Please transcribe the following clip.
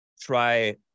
try